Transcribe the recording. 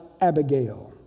Abigail